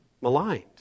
maligned